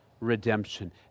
redemption